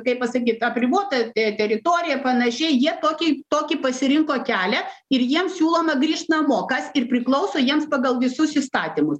kaip pasakyt apribota te teritorija panašiai jie tokį tokį pasirinko kelią ir jiem siūloma grįš namo kas ir priklauso jiems pagal visus įstatymus